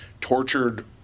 tortured